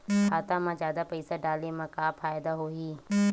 खाता मा जादा पईसा डाले मा का फ़ायदा होही?